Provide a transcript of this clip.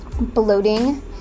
bloating